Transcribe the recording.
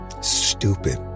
stupid